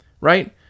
right